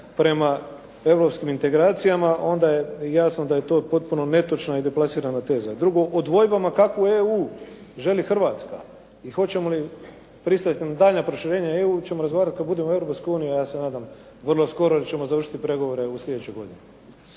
prema europskim integracijama onda je jasno da je to potpuno netočna i deplasirana teza. Drugo, o dvojbama kakvu EU želi Hrvatska i hoćemo li pristati na daljnja proširenja EU ćemo razgovarati kad budemo u Europskoj uniji ja se nadam vrlo skoro jer ćemo završiti pregovore u sljedećoj godini.